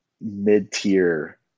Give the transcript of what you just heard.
mid-tier